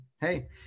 Hey